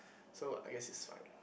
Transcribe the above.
so I guess is fine